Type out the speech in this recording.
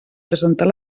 presentar